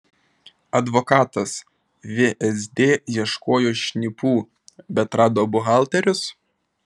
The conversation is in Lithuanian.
advokatas vsd ieškojo šnipų bet rado buhalterius